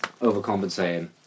overcompensating